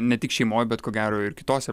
ne tik šeimoj bet ko gero ir kitose